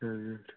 चलिए ठीक